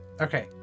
Okay